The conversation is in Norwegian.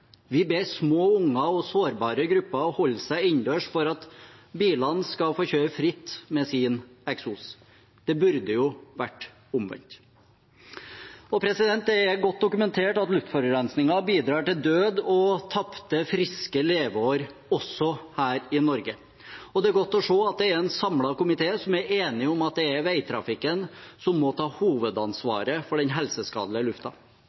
Vi ber små unger og sårbare grupper holde seg innendørs for at bilene skal få kjøre fritt med sin eksos. Det burde jo vært omvendt. Det er godt dokumentert at luftforurensning bidrar til død og tapte friske leveår også her i Norge. Og det er godt å se at en samlet komité er enig om at det er veitrafikken som må ta